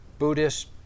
Buddhist